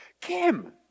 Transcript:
Kim